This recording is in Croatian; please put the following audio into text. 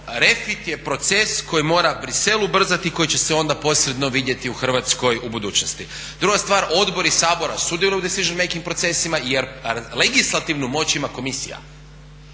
refit je proces koji mora Bruxelles ubrzati, koji će se onda posredno vidjeti u Hrvatskoj u budućnosti. Druga stvar, odbori Sabora sudjeluju u decision making procesima jer legislativnu moć ima Komisija.